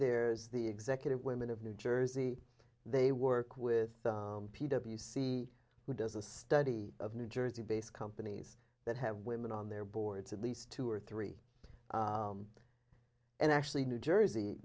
there's the executive women of new jersey they work with you see who does a study of new jersey based companies that have women on their boards at least two or three and actually new jersey